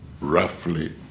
roughly